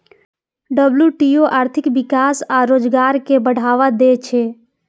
WTO आर्थिक विकास आ रोजगार कें बढ़ावा दै छै